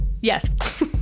Yes